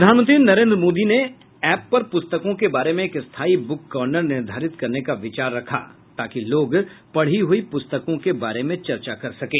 प्रधानमंत्री नरेन्द्र मोदी एप पर पुस्तकों के बारे में एक स्थायी बुक कॉर्नर निर्धारित करने का विचार रखा ताकि लोग पढ़ी हुई पुस्तकों के बारे में चर्चा कर सकें